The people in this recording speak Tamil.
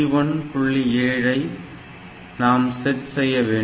7 ஐ நாம் செட் செய்ய வேண்டும்